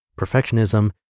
Perfectionism